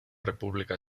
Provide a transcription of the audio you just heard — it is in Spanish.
república